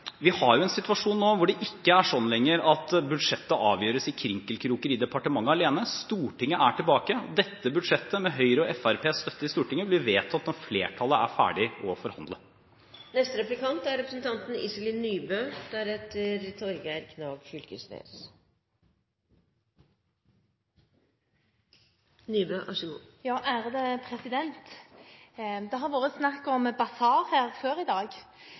er det jo bare å konstatere at vi nå har en situasjon hvor det ikke lenger er sånn at budsjettet avgjøres i krinkelkroker i departementet alene. Stortinget er tilbake. Dette budsjettet, med Kristelig Folkepartis og Venstres støtte i Stortinget, blir vedtatt når flertallet er ferdig med å forhandle. Det har vært snakk om basar her før i dag,